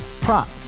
prop